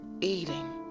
eating